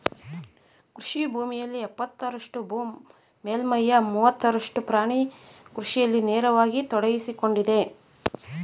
ಕೃಷಿ ಭೂಮಿಯಲ್ಲಿ ಎಪ್ಪತ್ತರಷ್ಟು ಭೂ ಮೇಲ್ಮೈಯ ಮೂವತ್ತರಷ್ಟು ಪ್ರಾಣಿ ಕೃಷಿಯಲ್ಲಿ ನೇರವಾಗಿ ತೊಡಗ್ಸಿಕೊಂಡಿದೆ